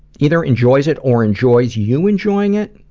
either enjoys it or enjoys you enjoying it,